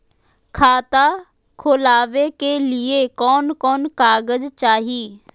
खाता खोलाबे के लिए कौन कौन कागज चाही?